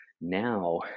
now